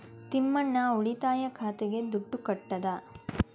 ತಿಮ್ಮಣ್ಣ ಉಳಿತಾಯ ಖಾತೆಗೆ ದುಡ್ಡು ಕಟ್ಟದ